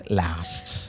last